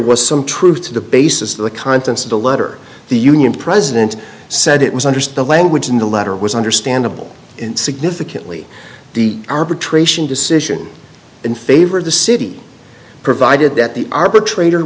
was some truth to the basis of the contents of the letter the union president said it was understood the language in the letter was understandable in significantly the arbitration decision in favor of the city provided that the arbitrator